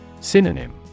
Synonym